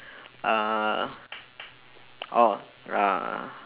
uh oh uh